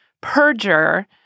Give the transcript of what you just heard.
perjure